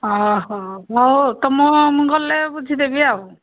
ଅଃ ହଉ ମୁଁ ଆଉ ତୁମେ ଗଲେ ବୁଝି ଦେବି ଆଉ